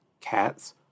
cats